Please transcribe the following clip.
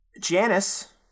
Janice